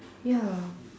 ya